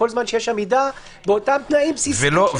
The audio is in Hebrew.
כל זמן שיש עמידה באותם תנאים בסיסיים של מרחק שני מטר,